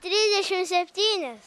trisdešim septynios